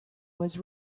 was